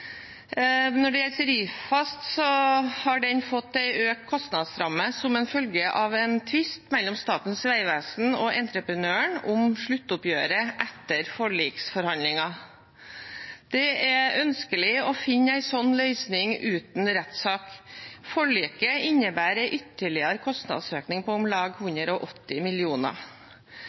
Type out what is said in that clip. Når det gjelder Ryfast, har den fått en økt kostnadsramme som en følge av en tvist mellom Statens vegvesen og entreprenøren om sluttoppgjøret etter forliksforhandlingen. Det er ønskelig å finne en sånn løsning uten rettssak. Forliket innebærer en ytterligere kostnadsøkning på omlag 180 mill. kr. Den forventede kostnadsøkningen ble det opplyst om